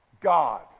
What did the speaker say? God